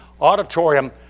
auditorium